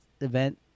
event